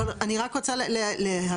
אני רק רוצה להבין.